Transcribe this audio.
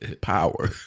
power